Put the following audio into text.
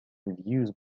reviews